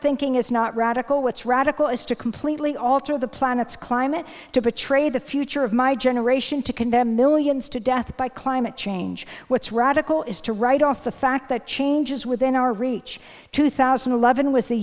thinking is not radical what's radical is to completely alter the planet's climate to betray the future of my generation to condemn millions to death by climate change what's radical is to write off the fact that changes within our reach two thousand and eleven was